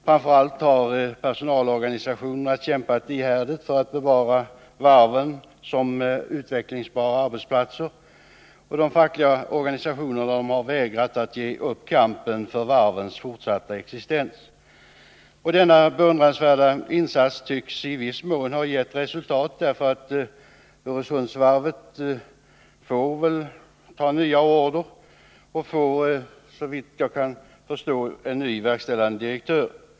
Framför allt har personalorganisationerna kämpat ihärdigt för att bevara varven som utvecklingsbara arbetsplatser. De fackliga organisationerna har vägrat att ge upp kampen för varvens fortsatta existens. Denna beundransvärda insats tycks nu i viss mån ha gett resultat. ligheterna för svensk varvsindustri Öresundsvarvet får ta nya order och får såvitt jag kan förstå en ny verkställande direktör.